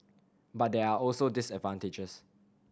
but there are also disadvantages